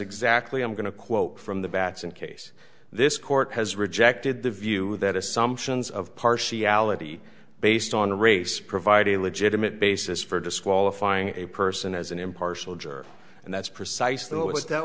exactly i'm going to quote from the bats in case this court has rejected the view that assumptions of partiality based on race provide a legitimate basis for disqualifying a person as an impartial juror and that's precisely what was that